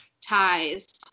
ties